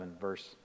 verse